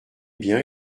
bien